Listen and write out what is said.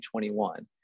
2021